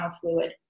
fluid